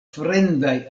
fremdaj